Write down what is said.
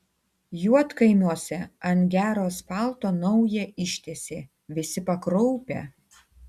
juodkaimiuose ant gero asfalto naują ištiesė visi pakraupę